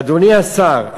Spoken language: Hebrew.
אדוני השר,